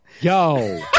Yo